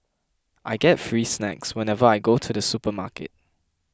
I get free snacks whenever I go to the supermarket